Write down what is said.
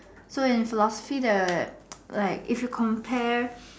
so in philosophy the like if you compare